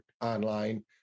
online